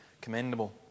commendable